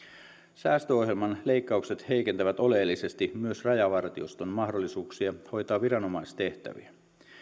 säästöohjelman leikkaukset heikentävät oleellisesti myös rajavartioston mahdollisuuksia hoitaa viranomaistehtäviä